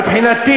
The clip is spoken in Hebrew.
מבחינתי,